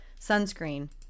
sunscreen